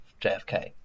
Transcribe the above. jfk